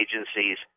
agencies